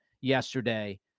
yesterday